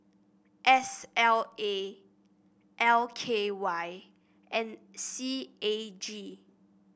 S L A L K Y and C A G